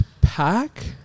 pack